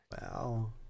Wow